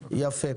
יפה.